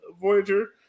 Voyager